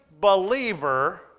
believer